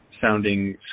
sounding